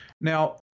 Now